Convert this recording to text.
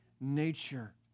nature